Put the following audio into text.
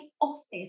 office